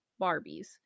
Barbies